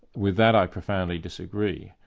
with that i profoundly disagree.